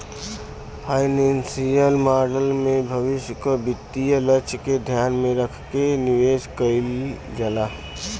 financial model में भविष्य क वित्तीय लक्ष्य के ध्यान में रखके निवेश कइल जाला